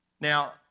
Now